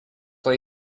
lay